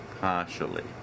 Partially